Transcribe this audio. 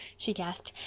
she gasped.